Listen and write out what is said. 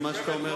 מה שאתה אומר,